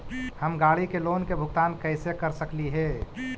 हम गाड़ी के लोन के भुगतान कैसे कर सकली हे?